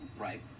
right